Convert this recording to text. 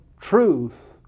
Truth